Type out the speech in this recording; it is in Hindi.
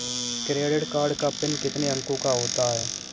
क्रेडिट कार्ड का पिन कितने अंकों का होता है?